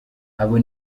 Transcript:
abo